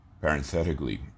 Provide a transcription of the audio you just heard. Parenthetically